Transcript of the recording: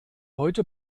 heute